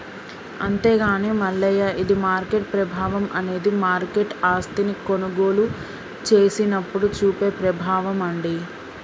అంతేగాని మల్లయ్య ఇది మార్కెట్ ప్రభావం అనేది మార్కెట్ ఆస్తిని కొనుగోలు చేసినప్పుడు చూపే ప్రభావం అండి